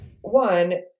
one